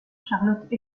charlotte